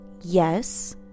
Yes